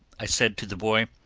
i said to the boy,